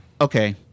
okay